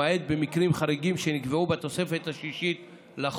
למעט במקרים חריגים שנקבעו בתוספת השישית לחוק.